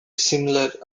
similar